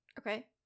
Okay